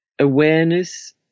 awareness